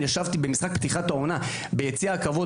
ישבתי במשחק פתיחת העונה ביציע הכבוד